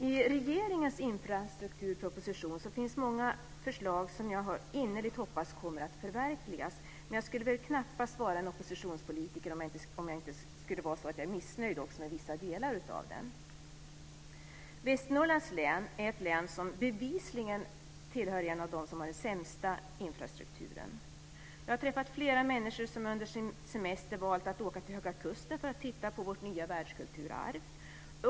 I regeringens infrastrukturproposition finns många förslag som jag innerligt hoppas kommer att förverkligas, men jag skulle knappast vara en oppositionspolitiker om det inte skulle vara så att jag också är missnöjd med vissa delar av den. Västernorrlands län är ett län som bevisligen tillhör de län som har den sämsta infrastrukturen. Jag har träffat flera människor som under sin semester valt att åka till Höga kusten för att titta på vårt nya världskulturarv.